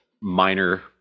minor